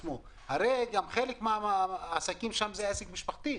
הרי גם חלק מן העסקים שם הם משפחתיים.